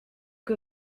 que